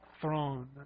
throne